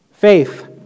Faith